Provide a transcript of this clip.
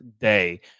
day